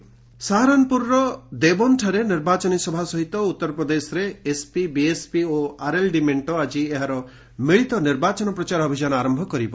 UP poll campaign ସାହାରନ୍ପୁରର ଦେଓବନ୍ଦ୍ରାରେ ନିର୍ବାଚନୀ ସଭା ସହିତ ଉତ୍ତରପ୍ରଦେଶରେ ଏସ୍ପି ବିଏସ୍ପି ଓ ଆର୍ଏଲ୍ଡି ମେଣ୍ଟ ଆଜି ଏହାର ମିଳିତ ନିର୍ବାଚନ ପ୍ରଚାର ଅଭିଯାନ ଆରମ୍ଭ କରିବ